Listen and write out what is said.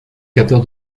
capteurs